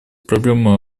проблема